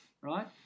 right